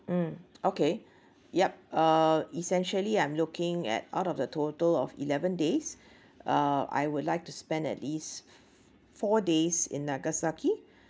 mm okay yup uh essentially I'm looking at out of the total of eleven days uh I would like to spend at least four days in nagasaki